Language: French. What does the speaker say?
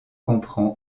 comprend